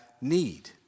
need